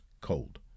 cold